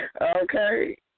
Okay